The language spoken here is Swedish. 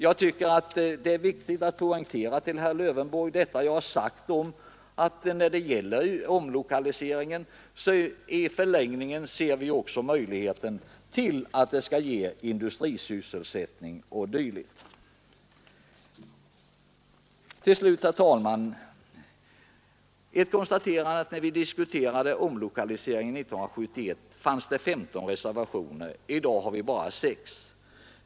Jag tycker att det är viktigt att poängtera för herr Lövenborg vad jag redan har sagt när det gäller omlokaliseringen, nämligen att i förlängningen ser vi också möjligheter till att den skall ge industrisysselsättning o. d. Till slut, herr talman, ett konstaterande! När vi diskuterade omlokaliseringen 1971 fanns det 15 reservationer. I dag har vi bara 6.